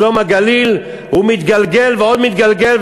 שלום הגליל הוא מתגלגל ועוד מתגלגל,